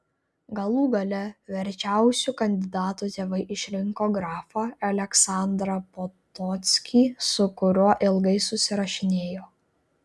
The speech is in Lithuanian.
galų gale verčiausiu kandidatu tėvai išrinko grafą aleksandrą potockį su kuriuo ilgai susirašinėjo